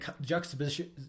juxtaposition